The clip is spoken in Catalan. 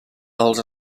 els